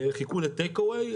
חיכו לטייק אווי,